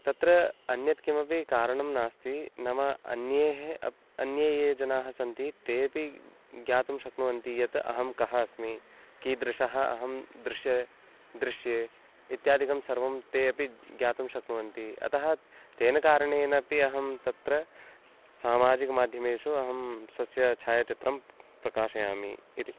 तत्र अन्यत् किमपि कारणं नास्ति नाम अन्ये अपि अन्ये ये जनाः सन्ति तेऽपि ज्ञातुं शक्नुवन्ति यत् अहं कः अस्मि कीदृशः अहं दृश्ये दृश्ये इत्यादिकं सर्वं ते अपि ज्ञातुं शक्नुवन्ति अतः तेन कारणेन अपि अहं तत्र सामाजिकमाध्यमेषु अहं स्वस्य छायाचित्रं प्रकाशयामि इति